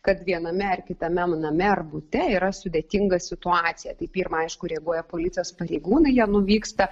kad viename ar kitame name ar bute yra sudėtinga situacija tai pirma aišku reaguoja policijos pareigūnai jie nuvyksta